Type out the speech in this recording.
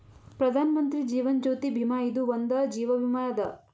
ಪ್ರಧಾನ್ ಮಂತ್ರಿ ಜೀವನ್ ಜ್ಯೋತಿ ಭೀಮಾ ಇದು ಒಂದ ಜೀವ ವಿಮೆ ಅದ